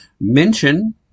Mention